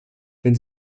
wenn